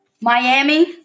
Miami